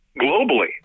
globally